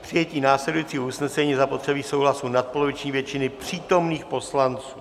K přijetí následujícího usnesení je zapotřebí souhlasu nadpoloviční většiny přítomných poslanců.